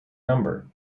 number